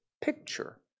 picture